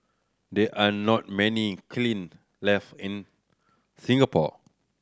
there are not many kiln left in Singapore